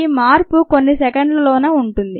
ఈ మార్పు కొన్ని సెకండ్లలోనే ఉంటుంది